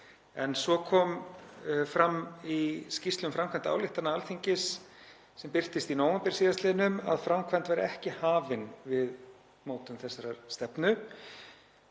Svo kom fram í skýrslu um framkvæmd ályktana Alþingis, sem birtist í nóvember síðastliðnum, að framkvæmd væri ekki hafin við mótun þessarar stefnu.